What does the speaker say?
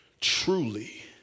Truly